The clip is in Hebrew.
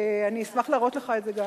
אני אשמח גם להראות לך את זה.